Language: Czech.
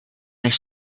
než